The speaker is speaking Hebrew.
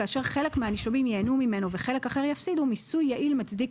כאשר חלק מהנישומים ייהנו ממנו וחלק אחר יפסידו מיסוי יעיל מצדיק,